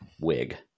wig